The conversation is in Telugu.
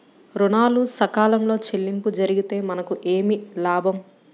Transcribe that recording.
ఋణాలు సకాలంలో చెల్లింపు జరిగితే మనకు ఏమి లాభం?